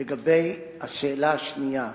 לגבי השאלה השנייה,